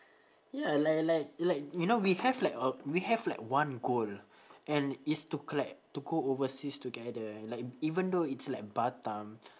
ya like like like you know we have like uh we have like one goal and it's to like to go overseas together and like even though it's like batam